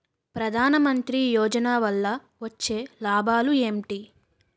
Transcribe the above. ప్రధాన మంత్రి యోజన వల్ల వచ్చే లాభాలు ఎంటి?